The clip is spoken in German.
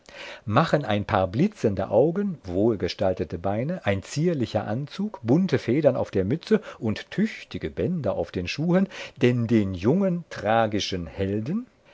machen ein paar blitzende augen wohlgestaltete beine ein zierlicher anzug bunte federn auf der mütze und tüchtige bänder auf den schuhen denn den jungen tragischen helden